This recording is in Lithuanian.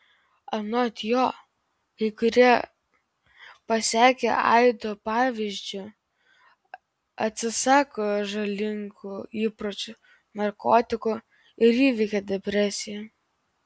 anot jo kai kurie pasekę aido pavyzdžiu atsisako žalingų įpročių narkotikų ir įveikia depresiją